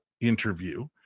interview